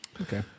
Okay